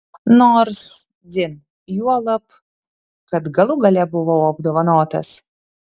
nors dzin juolab kad galų gale buvau apdovanotas